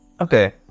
Okay